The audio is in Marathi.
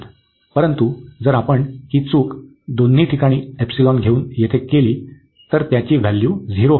परंतु जर आपण ही चूक दोन्ही ठिकाणी एप्सिलॉन घेऊन येथे केली तर त्याची व्हॅल्यू झिरो होईल